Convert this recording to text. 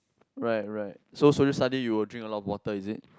right right so social study you will drink a lot of water is it